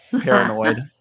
paranoid